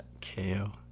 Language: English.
K-O